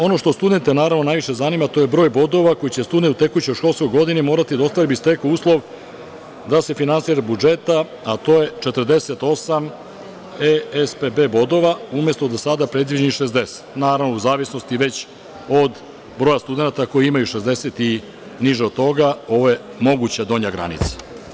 Ono što studente naravno najviše zanima, to je broj bodova koji će student u tekućoj školskoj godini morati da ostvari da bi stekao uslov da se finansira iz budžeta, a to je 48 SPB bodova, umesto do sada predviđenih 60, naravno u zavisnosti već od broja studenata koji imaju 60 i niže od toga, ovo je moguća donja granica.